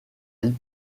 elles